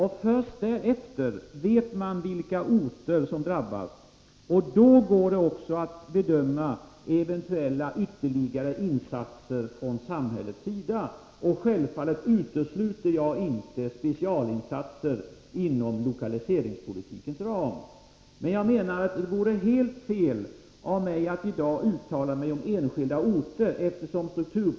Först därefter vet man vilka orter som drabbas, och då blir det också möjligt att bedöma eventuella ytterligare insatser från samhällets sida. Självfallet utesluter jag inte specialinsatser inom lokaliseringspolitikens ram, men jag menar att det vore helt fel av mig att i dag, innan strukturplanen är klar, uttala mig om enskilda orter.